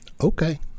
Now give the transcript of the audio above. Okay